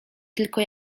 tylko